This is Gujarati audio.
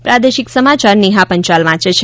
પ્રાદેશિક સમાચાર નેહા પંચાલ વાંચે છે